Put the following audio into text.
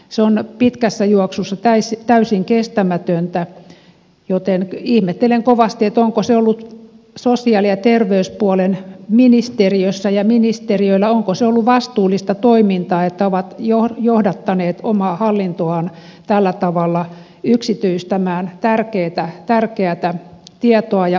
se on pitkässä juoksussa täysin kestämätöntä joten ihmettelen kovasti onko se ollut sosiaali ja terveyspuolen ministeriössä vastuullista toimintaa että ovat johdattaneet omaa hallintoaan tällä tavalla yksityistämään tärkeätä tietoa ja osaamista